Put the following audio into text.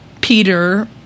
Peter